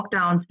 lockdowns